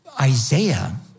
Isaiah